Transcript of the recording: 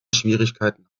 schwierigkeiten